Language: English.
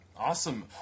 Awesome